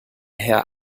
herr